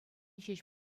ҫеҫ